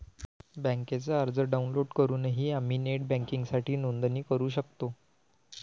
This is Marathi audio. बँकेचा अर्ज डाउनलोड करूनही आम्ही नेट बँकिंगसाठी नोंदणी करू शकतो